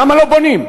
למה לא בונים?